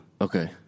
Okay